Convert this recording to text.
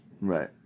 Right